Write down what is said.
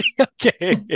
okay